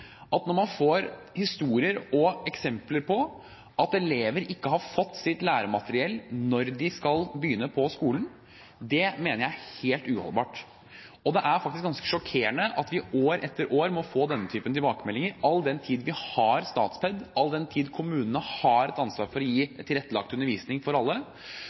Man får historier og eksempler på at elever ikke har fått sitt læremateriell når de skal begynne på skolen. Det mener jeg er helt uholdbart. Det er faktisk ganske sjokkerende at vi år etter år får denne typen tilbakemeldinger – alle den tid vi har Statped, all den tid kommunene har et ansvar for å gi tilrettelagt undervisning for alle.